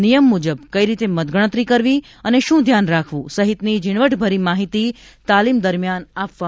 નિયમ મુજબ કઇ રીતે મતગણતરી કરવી અને શું ધ્યાન રાખવુ સહિતની ઝીણવટભરી માહિતી તાલીમ દરમ્યાન આપવામાં આવશે